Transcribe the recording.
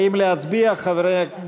האם להצביע, חברי הכנסת?